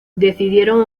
decidieron